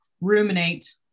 ruminate